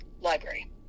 library